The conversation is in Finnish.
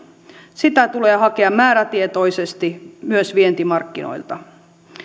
sitä tulee hakea määrätietoisesti myös vientimarkkinoilta